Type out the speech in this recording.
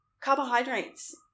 Carbohydrates